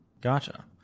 Gotcha